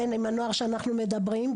בין אם הנוער שאנחנו מדברים עליו,